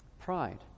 Pride